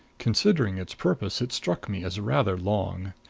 considering its purpose, it struck me as rather long.